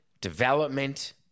development